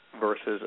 versus